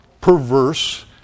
perverse